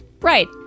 Right